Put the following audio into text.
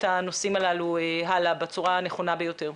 הנושאים הללו הלאה בצורה הנכונה ביותר.